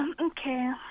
Okay